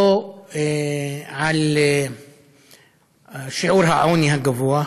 לא על שיעור העוני הגבוה,